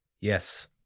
Yes